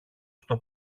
στο